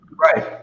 right